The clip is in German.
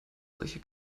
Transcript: solche